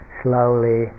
slowly